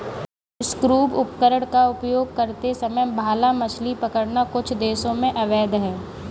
scuba उपकरण का उपयोग करते समय भाला मछली पकड़ना कुछ देशों में अवैध है